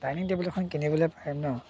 dining table এখন কিনিবলৈ পাৰিম ন